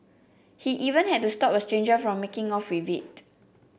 he even had to stop a stranger from making off with it